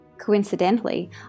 Coincidentally